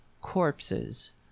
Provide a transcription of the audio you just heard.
corpses